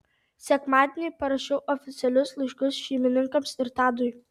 sekmadienį parašiau oficialius laiškus šeimininkams ir tadui